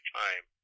time